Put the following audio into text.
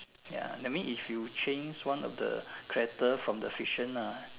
ya that means if you change one of the character from the fiction ah